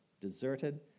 deserted